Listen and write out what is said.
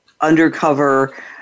undercover